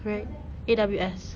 right A_W_S